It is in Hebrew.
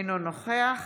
אינו נוכח